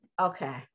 Okay